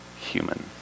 human